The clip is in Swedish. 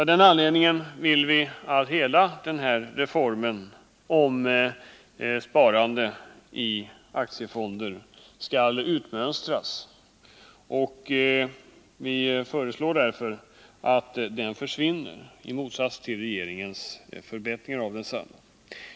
Av dessa anledningar vill vi — i motsats till regeringen, som föreslår förbättringar i sparformen — att hela reformen om sparande i aktiefonder skall utmönstras.